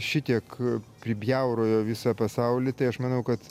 šitiek pribjaurojo visą pasaulį tai aš manau kad